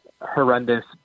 horrendous